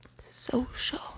Social